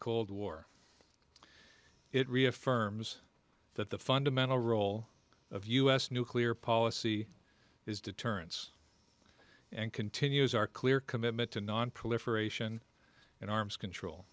cold war it reaffirms that the fundamental role of u s nuclear policy is deterrence and continues our clear commitment to nonproliferation and arms control